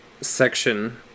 section